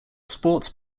sports